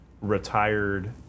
retired